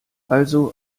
also